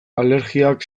alergiak